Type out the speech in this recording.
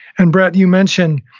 and, brett, you mentioned